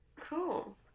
cool